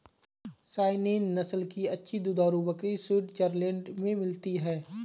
Saanen नस्ल की अच्छी दुधारू बकरी स्विट्जरलैंड में मिलती है